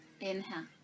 Inhale